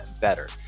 better